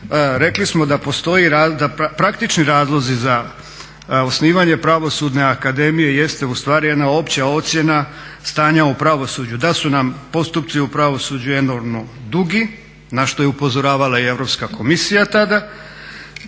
rekli smo da postoji, da praktični razlozi za osnivanje Pravosudne akademije jeste ustvari jedna opća ocjena stanja u pravosuđu. Da su nam postupci u pravosuđu enormno dugi, na što je upozoravala i Europska komisija tada,